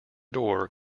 door